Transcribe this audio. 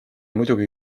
muidugi